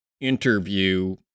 interview